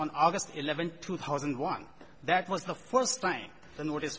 on august eleventh two thousand and one that was the first line